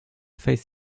face